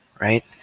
right